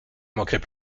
manquerait